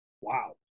wow